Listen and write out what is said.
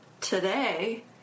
today